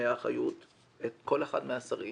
מאחריות כל אחד מהשרים